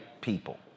people